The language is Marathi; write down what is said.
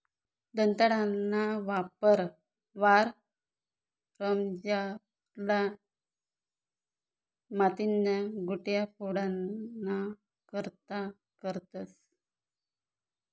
दंताळाना वापर वावरमझारल्या मातीन्या गुठया फोडाना करता करतंस